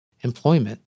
employment